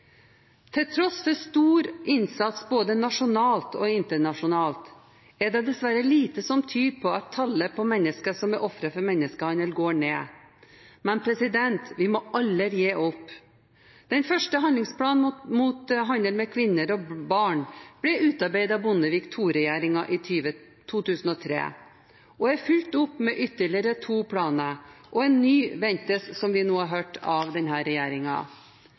Til tross for stor innsats både nasjonalt og internasjonalt er det dessverre lite som tyder på at tallet på mennesker som er ofre for menneskehandel, går ned. Men vi må aldri gi opp. Den første handlingsplanen mot handel med kvinner og barn ble utarbeidet av Bondevik II-regjeringen i 2003 og er fulgt opp med ytterligere to planer, og en ny ventes av denne regjeringen, som vi nå har hørt.